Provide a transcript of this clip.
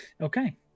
Okay